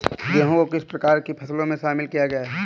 गेहूँ को किस प्रकार की फसलों में शामिल किया गया है?